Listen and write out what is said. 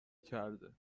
کرده